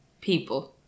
people